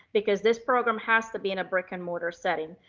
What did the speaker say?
because this program has to be in a brick and mortar setting,